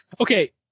Okay